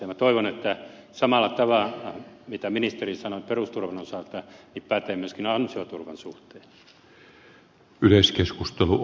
minä toivon että sama mitä ministeri sanoi perusturvan osalta pätee myöskin ansioturvan suhteen